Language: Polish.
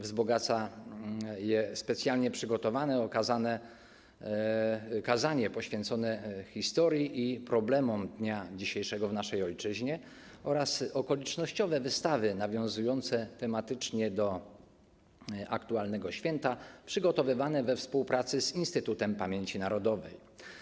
Wzbogaca je specjalnie przygotowane kazanie poświęcone historii i problemom dnia dzisiejszego w naszej ojczyźnie oraz okolicznościowe wystawy nawiązujące tematycznie do aktualnego święta przygotowywane we współpracy z Instytutem Pamięci Narodowej.